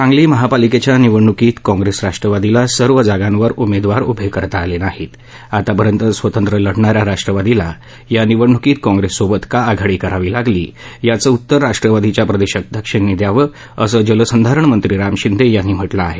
सांगली महापालिकेच्या निवडणुकीत काँप्रेस राष्ट्रवादीला सर्व जागांवर उमेदवार उभे करता आले नाहीत आतापर्यंत स्वतंत्र लढणाऱ्या राष्ट्रवादीला या निवडणुकीत काँप्रेससोबत का आघाडी करावी लागली याचं उत्तर राष्ट्रवादीच्या प्रदेशाध्यक्षांनी द्यावं असं जलसंधारण मंत्री राम शिंदे यांनी म्हटलं आहे